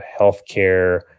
healthcare